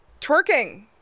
twerking